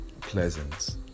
pleasant